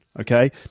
okay